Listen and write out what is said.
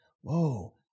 Whoa